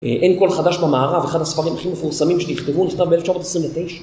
אין כל חדש במערב, אחד הספרים הכי מפורסמים, שנכתבו, נכתב ב-1929